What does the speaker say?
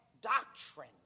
doctrine